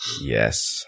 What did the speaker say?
Yes